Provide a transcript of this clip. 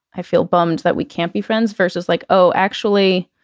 i feel bummed that we can't be friends versus like, oh, actually,